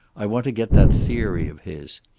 i want to get that theory of his.